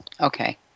okay